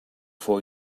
for